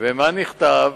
ומה נכתב,